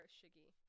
Shiggy